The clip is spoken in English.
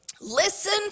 listen